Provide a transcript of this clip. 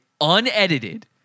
unedited